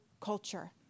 culture